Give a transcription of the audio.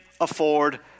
afford